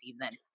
season